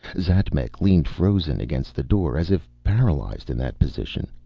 xatmec leaned frozen against the door, as if paralyzed in that position.